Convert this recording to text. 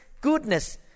goodness